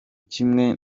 kimwe